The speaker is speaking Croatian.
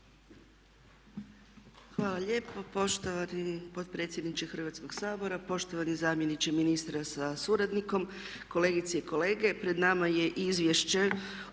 Hvala lijepo poštovani potpredsjedniče Hrvatskog sabora, poštovani zamjeniče ministra sa suradnikom, kolegice i kolege. Pred nama je Izvješće